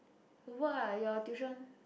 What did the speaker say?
the work ah your tuition